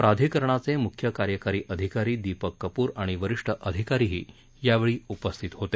प्राधिकरणाचे मुख्य कार्यकारी अधिकारी दीपक कप्र आणि वरिष्ठ अधिकारीही यावेळी उपस्थित होते